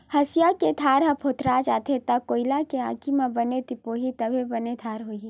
हँसिया के धार ह भोथरा जाथे त कोइला के आगी म बने तिपोही तभे बने धार होही